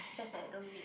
just that I don't read